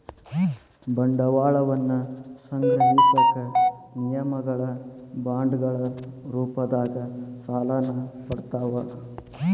ಬಂಡವಾಳವನ್ನ ಸಂಗ್ರಹಿಸಕ ನಿಗಮಗಳ ಬಾಂಡ್ಗಳ ರೂಪದಾಗ ಸಾಲನ ಕೊಡ್ತಾವ